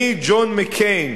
מג'ון מקיין,